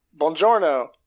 Buongiorno